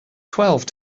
twelve